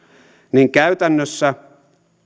niin käytännössä